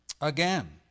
Again